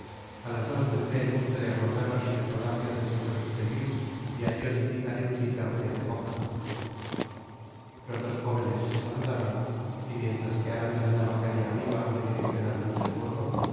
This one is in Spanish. a las dos tendi ó el gusto de aguardaros en el palacio del señor de treville y allí os indicaré un sitio á pedir de boca los dos jóvenes se saludaron y mientras que aramis andaba calle arriba en direccion al luxemburgo